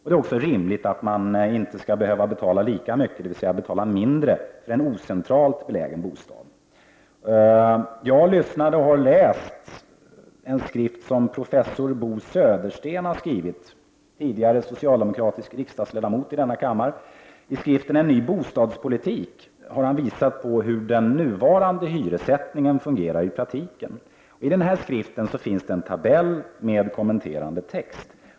Det är också rimligt att man inte betalar lika mycket, dvs. att man betalar mindre för en ocentralt belägen bostad. Jag har läst en skrift som professor Bo Södersten har skrivit — tidigare socialdemokratisk riksdagsledamot i den här kammaren. I skriften En ny bostadspolitik har han visat hur den nuvarande hyressättningen i praktiken fungerar. I skriften finns en tabell med en kommenterande text.